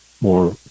more